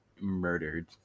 murdered